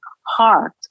heart